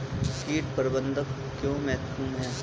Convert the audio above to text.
कीट प्रबंधन क्यों महत्वपूर्ण है?